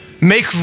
Make